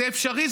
זה אפשרי.